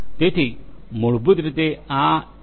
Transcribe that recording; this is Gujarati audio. તેથી મૂળભૂત રીતે આ એમ